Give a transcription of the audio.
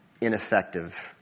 ineffective